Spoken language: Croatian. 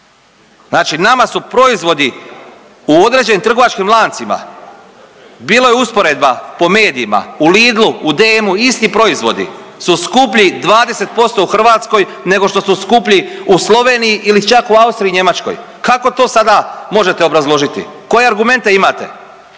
Znači nama su proizvodi u određenim trgovačkim lancima, bilo je usporedba po medijima, u Lidlu, u dm-u, isti proizvodi su skuplji 20% u Hrvatskoj nego što su skuplji u Sloveniji ili čak u Austriji i Njemačkoj. Kako to sada možete obrazložiti? Koje argumente imate?